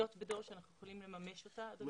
לחיות בדור שאנחנו יכולים לממש אותה.